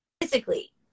physically